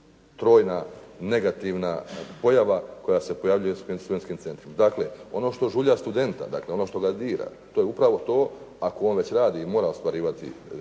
trojna negativna pojava koja se pojavljuje u svim studentskim centrima. Dakle, ono što žulja studenta, dakle ono što ga dira, to je upravo to. Ako on već radi i mora ostvarivati